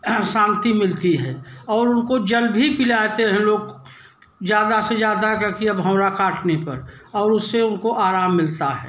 शांति मिलती है और उनको जल भी पिलाते हैं लोग ज़्यादा से ककिया भंवरा काटने पर और उससे उनको आराम मिलता है